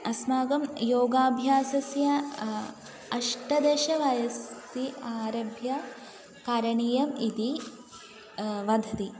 अस्माकं योगाभ्यासस्य अष्टदशवयसि आरभ्य करणीयम् इति वदति